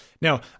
Now